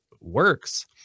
works